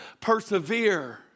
Persevere